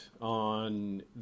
on